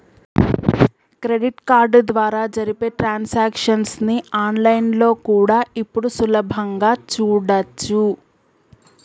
credit card ద్వారా జరిపే transactions ని ఆన్ లైన్ లో ఇప్పుడు సులభంగా చూడచ్చు